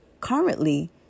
currently